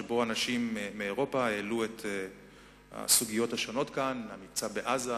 שבו אנשים מאירופה העלו את הסוגיות השונות כאן: המבצע בעזה,